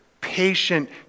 patient